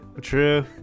true